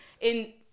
in-